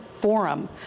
forum